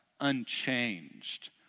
unchanged